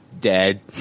dead